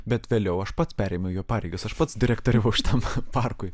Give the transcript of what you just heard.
bet vėliau aš pats perėmiau jo pareigas aš pats direktoriavau šitam parkui